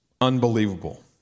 unbelievable